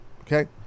Okay